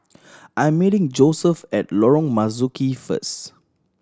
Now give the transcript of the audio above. I am meeting Joeseph at Lorong Marzuki first